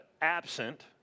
absent